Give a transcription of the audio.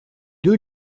deux